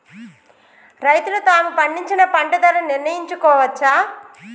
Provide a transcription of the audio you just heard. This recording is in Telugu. రైతులు తాము పండించిన పంట ధర నిర్ణయించుకోవచ్చా?